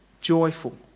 joyful